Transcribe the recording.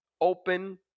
open